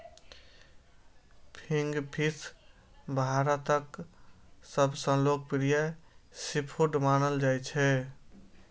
kingfish भारतक सबसं लोकप्रिय सीफूड मानल जाइ छै